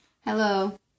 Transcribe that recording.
Hello